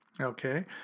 Okay